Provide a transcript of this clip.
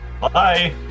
bye